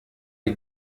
die